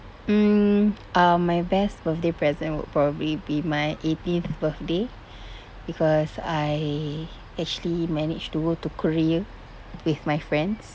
um uh my best birthday present would probably be my eighteenth birthday because I actually managed to go to korea with my friends